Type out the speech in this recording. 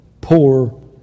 poor